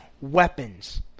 weapons